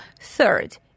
Third